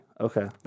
Okay